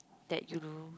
that you do